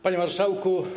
Panie Marszałku!